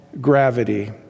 gravity